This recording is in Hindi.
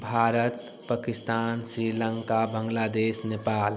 भारत पाकिस्तान श्रीलंका बांग्लादेश नेपाल